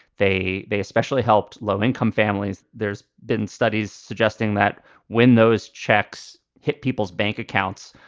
they they especially helped low income families. there's been studies suggesting that when those checks hit people's bank accounts,